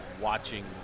watching